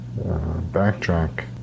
backtrack